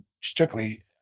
strictly